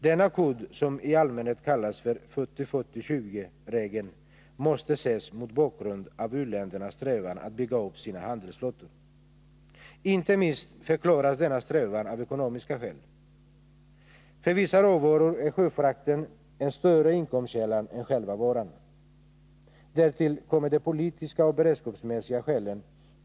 Denna kod, som allmänt kallas för 40 20-regeln, måste ses mot bakgrund av u-ländernas strävan att bygga upp sina handelsflottor. Denna strävan förklaras inte minst av ekonomiska skäl. För vissa råvaror är sjöfrakten en större inkomstkälla än själva varan. Därtill kommer de politiska och beredskapsmässiga skälen.